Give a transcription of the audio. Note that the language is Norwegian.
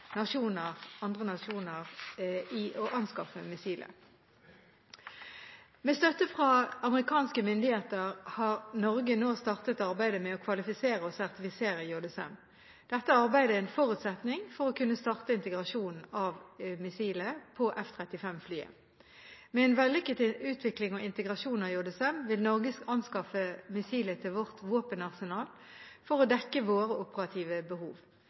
andre nasjoner å anskaffe missiler. Med støtte fra amerikanske myndigheter har Norge nå startet arbeidet med å kvalifisere og sertifisere JSM. Dette arbeidet er en forutsetning for å kunne starte integrasjonen av missilet på F-35-flyet. Med en vellykket utvikling og integrasjon av JSM vil Norge anskaffe missilet til vårt våpenarsenal for å dekke våre operative behov.